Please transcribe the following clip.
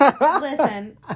Listen